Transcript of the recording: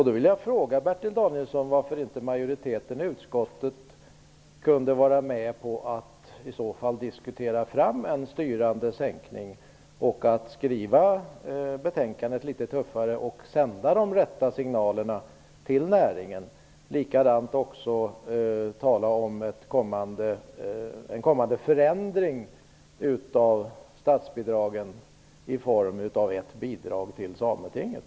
Då vill jag fråga Bertil Danielsson varför inte majoriteten i utskottet kunde vara med på att diskutera fram en styrande sänkning, skriva betänkandet litet tuffare och sända de rätta signalerna till näringen. Likadant hade utskottet kunnat tala om en kommande förändring av statsbidragen i form av ett bidrag till Sametinget.